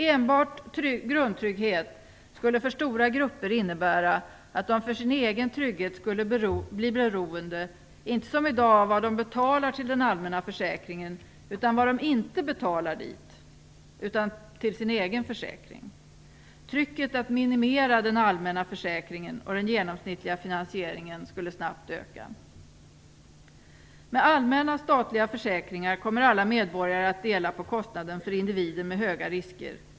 Enbart grundtrygghet skulle för stora grupper innebära att de för sin egen trygghet skulle bli beroende inte som i dag av vad de betalar till den allmänna försäkringen utan av vad de inte betalar dit utan till sin egen försäkring. Trycket att minimera den allmänna försäkringen och den genomsnittliga finansieringen skulle snabbt öka. Med allmänna statliga försäkringar kommer alla medborgare att dela på kostnaden för individer med höga risker.